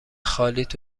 خالیت